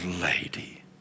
lady